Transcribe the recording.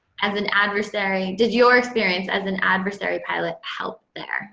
as an adversary did your experience as an adversary pilot help there